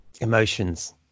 Emotions